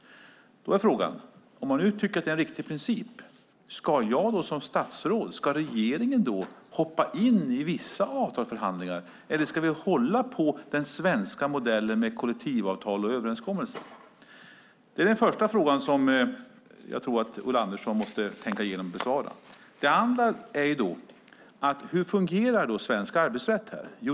Då är frågan: Om man nu tycker att det är en riktig princip, ska regeringen då hoppa in i vissa avtalsförhandlingar, eller ska vi hålla på den svenska modellen med kollektivavtal och överenskommelser? Det är den första frågan som jag tror att Ulla Andersson måste tänka igenom och besvara. För det andra: Hur fungerar den svenska arbetsrätten här?